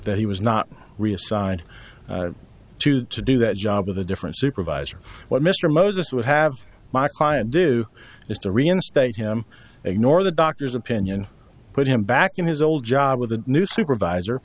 that he was not reassigned to to do that job with a different supervisor what mr moses would have my client do is to reinstate him ignore the doctor's opinion put him back in his old job with a new supervisor